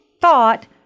thought